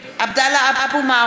(קוראת בשמות חברי הכנסת) עבדאללה אבו מערוף,